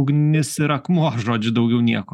ugnis ir akmuo žodžiu daugiau nieko